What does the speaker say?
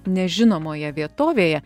nežinomoje vietovėje